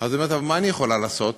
אז היא אומרת: מה אני יכולה לעשות?